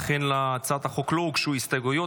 אכן להצעת החוק לא הוגשו הסתייגויות,